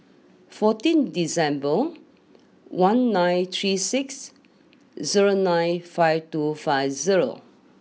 fourteen December one nine three six zero nine five two five zero